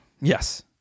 Yes